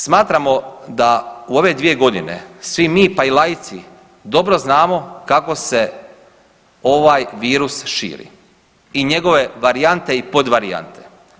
Smatramo da u ove dvije godine, svi mi, pa i laici, dobro znamo kako se ovaj virus širi i njegove varijante i podvarijante.